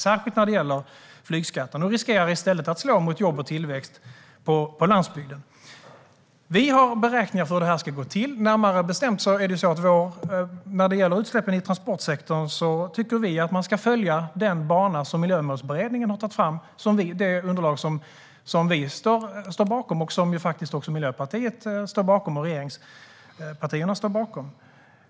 Det gäller särskilt flygskatten. De riskerar att i stället slå mot jobb och tillväxt på landsbygden. Vi har beräkningar för hur det här ska gå till. När det gäller utsläppen i transportsektorn tycker vi att man ska följa den bana som Miljömålsberedningen har tagit fram. Det underlaget står vi bakom. Det gör faktiskt Miljöpartiet och Socialdemokraterna, regeringspartierna, också.